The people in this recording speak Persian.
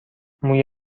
موی